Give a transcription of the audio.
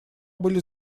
были